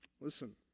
Listen